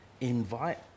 Invite